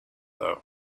though